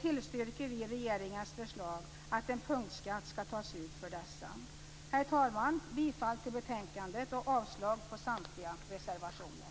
tillstyrker vi regeringens förslag att en punktskatt skall tas ut för dessa. Herr talman! Jag yrkar bifall till hemställan i betänkandet och avslag på samtliga reservationer.